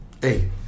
hey